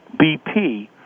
BP